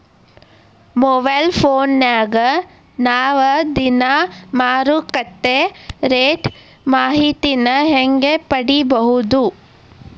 Mobile ಫೋನ್ಯಾಗ ನಾವ್ ದಿನಾ ಮಾರುಕಟ್ಟೆ ರೇಟ್ ಮಾಹಿತಿನ ಹೆಂಗ್ ಪಡಿಬೋದು?